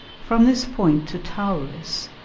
from this point to tauris,